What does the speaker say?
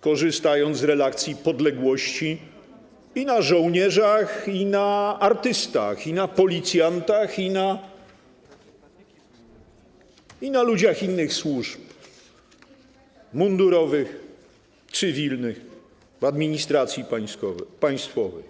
korzystając z relacji podległości, i na żołnierzach, i na artystach, i na policjantach, i na ludziach innych służb mundurowych, cywilnych, administracji państwowej.